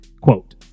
Quote